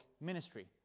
ministry